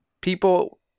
People